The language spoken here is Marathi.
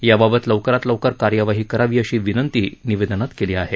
याबाबत लवकरात लवकर कार्यवाही करावी अशी विनंतीही निवेदनात केली आहे